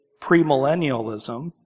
premillennialism